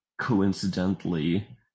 coincidentally